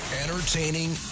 Entertaining